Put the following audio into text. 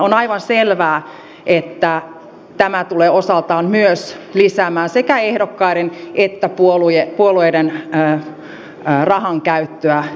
on aivan selvää että tämä tulee osaltaan myös lisäämään sekä ehdokkaiden että puolueiden rahankäyttöä vaaleissa